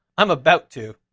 i'm about to.